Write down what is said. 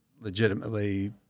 legitimately